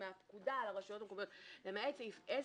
מהפקודה על הרשויות המקומיות למעט סעיף 10,